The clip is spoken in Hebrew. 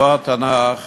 אותו התנ"ך